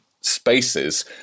spaces